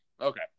Okay